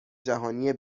جهانی